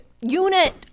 unit